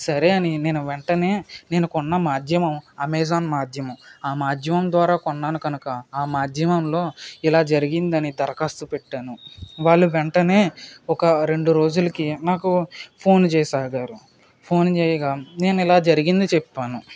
సరే అని నేను వెంటనే నేను కొన్న మాధ్యమం అమేజాన్ మాధ్యమం ఆ మాధ్యమం ద్వారా కొన్నాను కనుక ఆ మాధ్యమంలో ఇలా జరిగిందని దరఖాస్తు పెట్టాను వాళ్ళు వెంటనే ఒక రెండు రోజులకి నాకు ఫోన్లు చేయసాగారు ఫోన్ చేయగా నేను ఇలా జరిగింది చెప్పాను